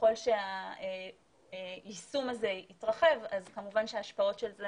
ככל שהיישום הזה יתרחב אז כמובן שההשפעות של זה